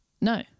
No